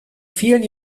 vielen